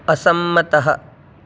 असम्मतः